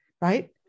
right